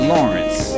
Lawrence